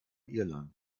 irland